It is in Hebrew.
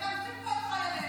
הם מטנפים פה את חיילינו,